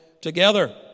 together